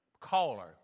caller